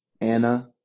Anna